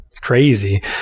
crazy